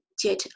jet